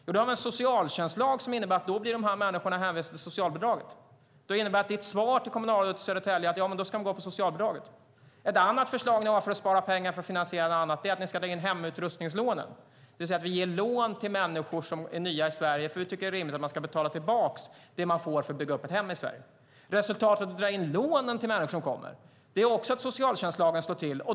Jo, det finns en socialtjänstlag som innebär att de här människorna blir hänvisade till socialbidrag. Det innebär att ditt svar till kommunalrådet i Södertälje är att de ska få socialbidrag i stället. Ett annat förslag ni har för att spara pengar för att kunna finansiera något annat är att dra in hemutrustningslånen. Vi ger lån till människor som är nya i Sverige; vi tycker att det är rimligt att man ska betala tillbaka det man får för att bygga upp ett hem i Sverige. Resultatet av att dra in lånen till människor som kommer är också att socialtjänstlagen slår till.